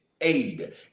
Aid